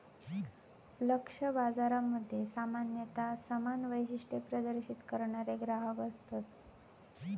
लक्ष्य बाजारामध्ये सामान्यता समान वैशिष्ट्ये प्रदर्शित करणारे ग्राहक असतत